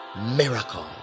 miracle